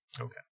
Okay